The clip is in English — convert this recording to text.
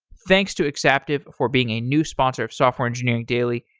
thanks to exaptive for being a new sponsor of software engineering daily.